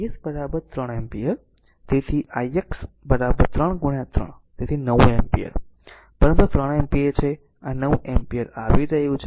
તેથી i s 3 ampere so i x i 3 3 so 9 ampere પરંતુ આ 3 એમ્પીયર છે અને આ 9 એમ્પીયર આવી રહ્યું છે